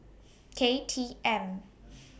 K T M